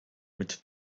mit